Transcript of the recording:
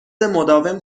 مداوم